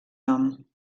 nom